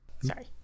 Sorry